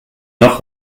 noch